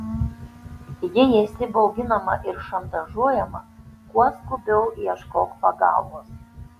jei esi bauginama ir šantažuojama kuo skubiau ieškok pagalbos